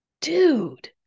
dude